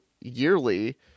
yearly